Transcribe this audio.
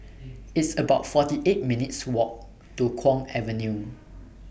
It's about forty eight minutes' Walk to Kwong Avenue